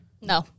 No